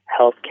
healthcare